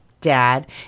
dad